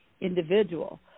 individual